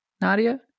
Nadia